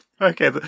Okay